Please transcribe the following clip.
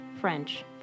French